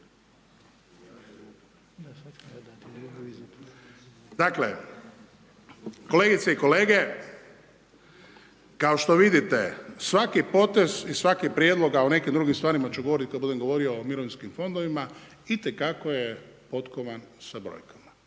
Dakle, kolegice i kolege, kao što vidite svaki potez i svaki prijedlog, a o nekim drugim stvarima ću govorit kad budem govorio o mirovinskim fondovima i te kako je potkovan sa brojkama